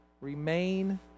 remain